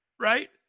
right